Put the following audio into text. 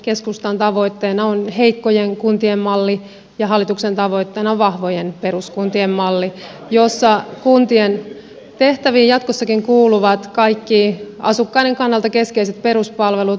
keskustan tavoitteena on heikkojen kuntien malli ja hallituksen tavoitteena on vahvojen peruskuntien malli jossa kuntien tehtäviin jatkossakin kuuluvat kaikki asukkaiden kannalta keskeiset peruspalvelut